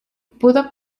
pudo